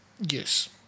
Yes